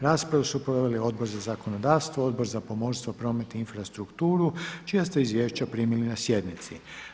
Raspravu su proveli Odbor za zakonodavstvo, Odbor za pomorstvo, promet i infrastrukturu čija ste izvješća primili na sjednici.